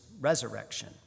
resurrection